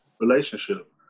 relationship